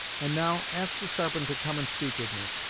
and, now, ask the sarpent to come and speak with me,